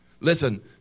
Listen